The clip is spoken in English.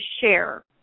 share